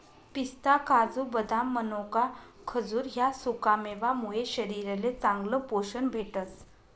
पिस्ता, काजू, बदाम, मनोका, खजूर ह्या सुकामेवा मुये शरीरले चांगलं पोशन भेटस